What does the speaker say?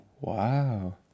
Wow